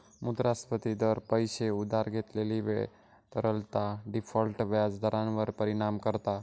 मुद्रास्फिती दर, पैशे उधार घेतलेली वेळ, तरलता, डिफॉल्ट व्याज दरांवर परिणाम करता